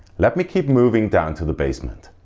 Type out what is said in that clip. let me keep moving down to the basement.